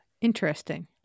interesting